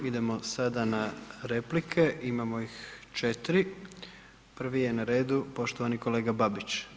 Idemo sada na replike imamo ih 4. Prvi je na redu poštovani kolega Babić.